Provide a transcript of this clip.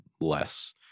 less